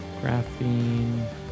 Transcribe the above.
Graphene